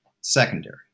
secondary